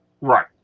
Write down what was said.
Right